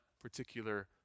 particular